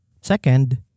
Second